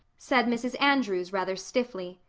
said mrs. andrews rather stiffly.